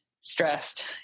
stressed